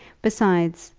besides,